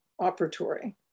operatory